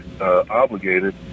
obligated